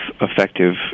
effective